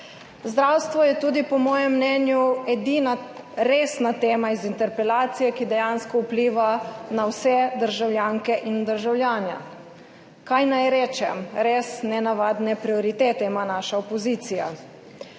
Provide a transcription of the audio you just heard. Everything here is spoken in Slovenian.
Zdravstvo je tudi po mojem mnenju edina resna tema iz interpelacije, ki dejansko vpliva na vse državljanke in državljane. Kaj naj rečem, res nenavadne prioritete ima naša opozicija.